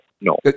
no